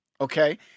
Okay